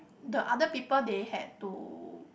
the other people they had to